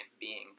beings